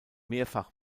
mehrfach